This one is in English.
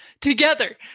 together